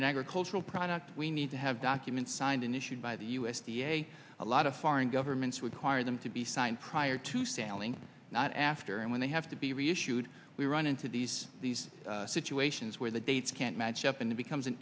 an agricultural product we need to have documents signed in issued by the u s d a a lot of foreign governments would hire them to be signed prior to sailing not after and when they have to be reissued we run into these these situations where the dates can't match up and it becomes an